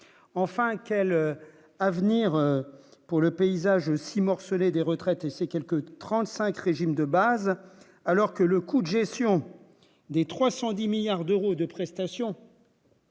enfin quel avenir pour le paysage aussi morcelé, des retraités, ses quelques 35 régimes de base, alors que le coût de gestion des 310 milliards d'euros de prestations.